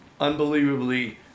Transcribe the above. unbelievably